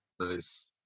Nice